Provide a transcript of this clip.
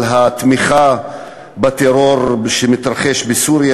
על התמיכה של ממשלת ישראל בטרור שמתרחש בסוריה,